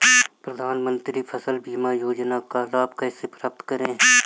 प्रधानमंत्री फसल बीमा योजना का लाभ कैसे प्राप्त करें?